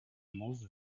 move